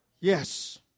Yes